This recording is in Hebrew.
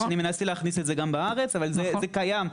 אני מנסה להכניס את זה גם בארץ, אבל זה קיים.